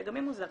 שגם היא מוזרה,